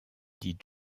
dit